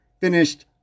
finished